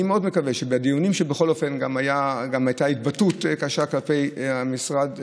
אני מאוד מקווה שבדיונים שבהם הייתה התבטאות קשה כלפי המשרד,